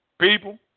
people